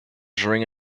during